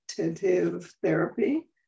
Therapy